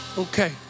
Okay